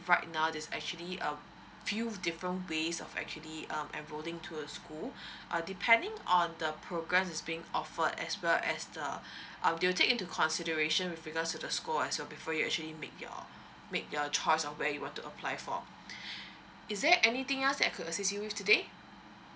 right now there's actually a few different ways of actually um enroling to a school uh depending on the programme that is being offered as well as the uh they will take into consideration with regards to the score as will before you actually make your make your choice of where you want to apply for is there anything else I could assist you with today